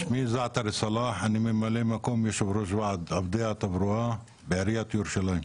אני ממלא מקום יושב-ראש ועד עובדי התברואה בעיריית ירושלים.